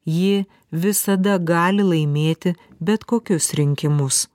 ji visada gali laimėti bet kokius rinkimus